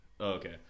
Okay